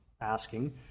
asking